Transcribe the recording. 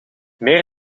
meer